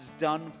done